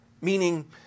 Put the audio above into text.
Meaning